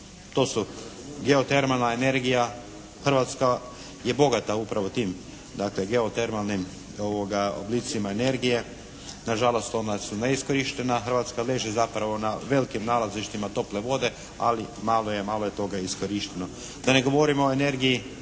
To su biotermalna energija, Hrvatska je bogata upravo tim dakle geotermalnim oblicima energije, na žalost ona su neiskorištena. Hrvatska leži zapravo na velikim nalazištima tople vode, ali malo je toga iskorišteno. Da ne govorimo o energiji